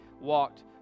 walked